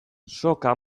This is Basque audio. soka